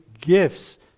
gifts